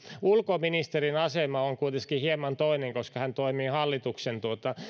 ulkoministerin asema on kuitenkin hieman toinen koska hän toimii hallituksen